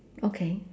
okay